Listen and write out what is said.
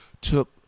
took